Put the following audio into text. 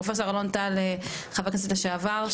פרופסור אלון טל חבר כנסת לשעבר,